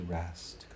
rest